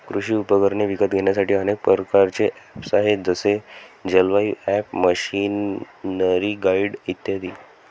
कृषी उपकरणे विकत घेण्यासाठी अनेक प्रकारचे ऍप्स आहेत जसे जलवायु ॲप, मशीनरीगाईड इत्यादी